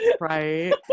right